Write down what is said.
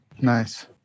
Nice